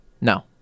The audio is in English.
No